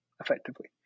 effectively